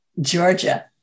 Georgia